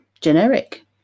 generic